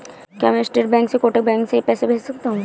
क्या मैं State Bank से कोटक बैंक में पैसे भेज सकता हूँ?